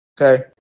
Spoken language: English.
Okay